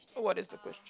what is the question